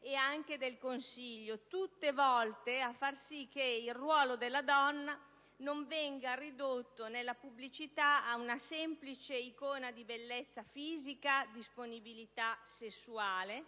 e anche del Consiglio, tutte volte a far sì che il ruolo della donna non venga ridotto nella pubblicità a una semplice icona di bellezza fisica e disponibilità sessuale,